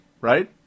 right